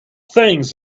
things